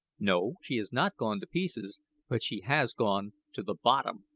no, she has not gone to pieces but she has gone to the bottom,